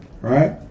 right